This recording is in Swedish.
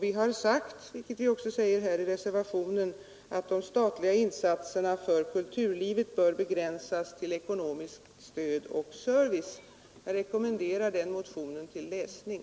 Vi har sagt — vilket vi också säger här i reservationen — att de statliga insatserna för kulturlivet bör begränsas till ekonomiskt stöd och service. Jag rekommenderar den motionen till läsning.